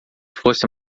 fosse